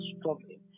struggling